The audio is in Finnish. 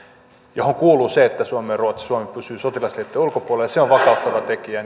johon kuuluu se että suomi pysyy sotilasliittojen ulkopuolella ja se on vakauttava tekijä